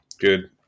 good